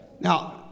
Now